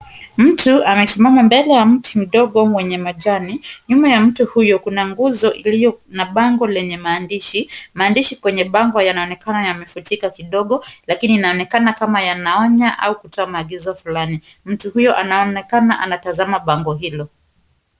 Mtu amesimama mbele ya mti mdogo mwenye majani. Nyuma ya mtu huyo kuna nguzo iliyo na bango lenye maandishi, maandishi kwenye bango yanaonekana yamefutika kidogo lakini inaonekana kama yanaonya au kutoa maagizo fulani. Mtu huyo anaonekana anatazama bango hilo.